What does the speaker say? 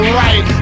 right